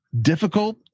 difficult